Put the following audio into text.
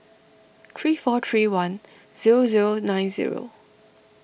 three four three one zero zero nine zero